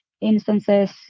instances